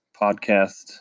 podcast